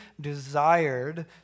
desired